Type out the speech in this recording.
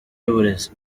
y’uburezi